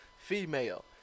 female